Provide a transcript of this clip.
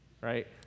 right